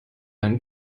einen